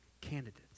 candidates